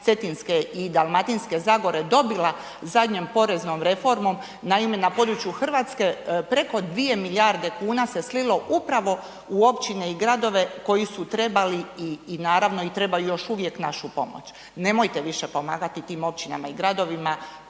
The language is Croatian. Cetinske i Dalmatinske zagore dobila zadnjom poreznom reformom. Naime, na području Hrvatske, preko 2 milijarde kuna se slilo upravo u općine i gradove koji su trebali i naravno trebaju još uvijek našu pomoć. Nemojte više pomagati tim općinama i gradovima